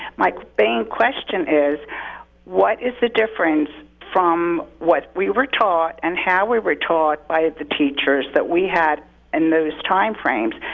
my question is what is the difference from what we were taught and how we were taught by the teachers that we had in those time frames,